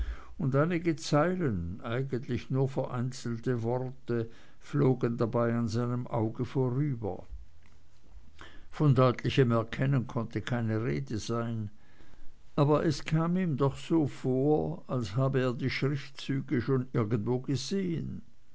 und einige zeilen eigentlich nur vereinzelte worte flogen dabei an seinem auge vorüber von deutlichem erkennen konnte keine rede sein aber es kam ihm doch so vor als habe er die schriftzüge schon irgendwo gesehen